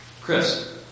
Chris